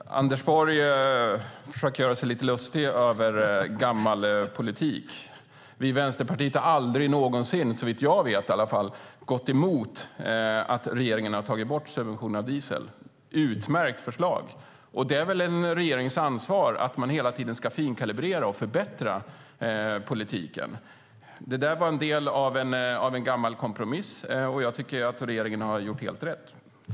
Fru talman! Anders Borg försöker göra sig lite lustig över gammal politik. Vi i Vänsterpartiet har aldrig någonsin, såvitt jag vet i alla fall, gått emot att regeringen har tagit bort subventionen av diesel. Utmärkt förslag! Det är väl en regerings ansvar att hela tiden finkalibrera och förbättra politiken. Det där var en del av en gammal kompromiss, och jag tycker att regeringen har gjort helt rätt.